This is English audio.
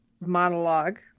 monologue